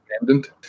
abandoned